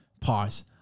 pause